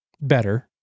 better